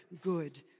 good